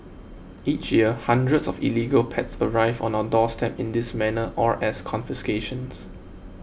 each year hundreds of illegal pets arrive on our doorstep in this manner or as confiscations